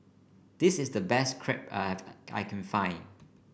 this is the best Crepe I I can find